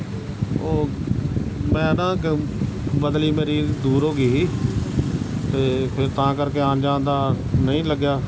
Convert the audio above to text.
ਉਹ ਮੈਂ ਨਾ ਗ ਬਦਲੀ ਮੇਰੀ ਦੂਰ ਹੋ ਗਈ ਸੀ ਅਤੇ ਫਿਰ ਤਾਂ ਕਰਕੇ ਆਉਣ ਜਾਣ ਦਾ ਨਹੀਂ ਲੱਗਿਆ